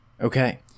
okay